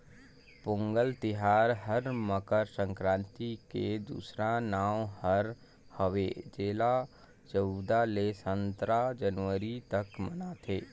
पोगंल तिहार हर मकर संकरांति के दूसरा नांव हर हवे जेला चउदा ले सतरा जनवरी तक मनाथें